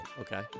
Okay